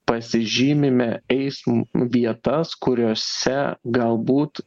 pasižymime eism vietas kuriose galbūt